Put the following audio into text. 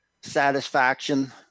satisfaction